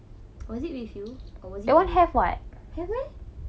was it with you or was it with